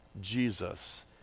Jesus